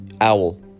owl